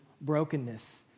brokenness